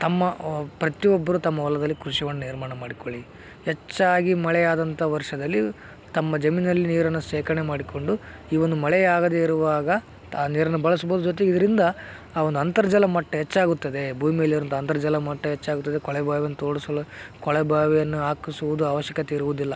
ತಮ್ಮ ಒ ಪ್ರತಿ ಒಬ್ಬರು ತಮ್ಮ ಹೊಲದಲ್ಲಿ ಕೃಷಿ ಹೊಂಡ ನಿರ್ಮಾಣ ಮಾಡ್ಕೊಳ್ಳಿ ಹೆಚ್ಚಾಗಿ ಮಳೆ ಆದಂತ ವರ್ಷದಲ್ಲಿ ತಮ್ಮ ಜಮೀನಿನಲ್ಲಿ ನೀರನ ಶೇಖರಣೆ ಮಾಡಿಕೊಂಡು ಈ ಒಂದು ಮಳೆ ಆಗದೆ ಇರುವಾಗ ಆ ನೀರನು ಬಳಸ್ಬೋದು ಜೊತೆಗೆ ಇದರಿಂದ ಆ ಒಂದು ಅಂತರ್ಜಲ ಮಟ್ಟ ಹೆಚ್ಚಾಗುತ್ತದೆ ಭೂಮಿ ಮೇಲೆ ಇರುವಂತ ಅಂತರ್ಜಲ ಮಟ್ಟ ಹೆಚ್ಚಾಗುತ್ತದೆ ಕೊಳವೆ ಬಾವಿಯನ್ನು ತೋಡಿಸಲು ಕೊಳವೆ ಬಾವಿಯನ್ನ ಹಾಕಿಸುವುದು ಅವಶ್ಯಕತೆ ಇರುವುದಿಲ್ಲ